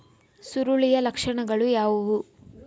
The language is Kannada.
ಸುರುಳಿಯ ಲಕ್ಷಣಗಳು ಯಾವುವು?